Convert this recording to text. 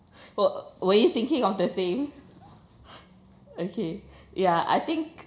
were were thinking of the same okay ya I think